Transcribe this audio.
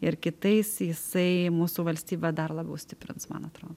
ir kitais jisai mūsų valstybę dar labiau stiprins man atrodo